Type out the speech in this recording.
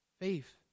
Faith